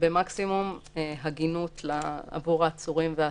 במקסימום הגינות עבור העצורים והאסירים.